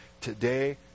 Today